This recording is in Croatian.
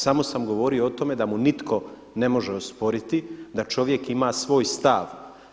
Samo sam govorio o tome da mu nitko ne može osporiti da čovjek ima svoj stav.